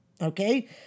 okay